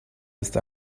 ist